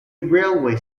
railway